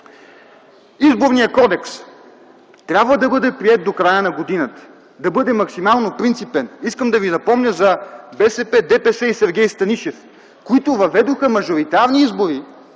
Изборният кодекс трябва да бъде приет до края на годината. Да бъде максимално принципен. Искам да ви напомня за БСП, ДПС и Сергей Станишев, които въведоха мажоритарни избори,